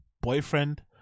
boyfriend